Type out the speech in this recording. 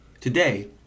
today